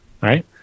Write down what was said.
Right